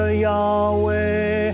Yahweh